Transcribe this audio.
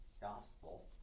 gospel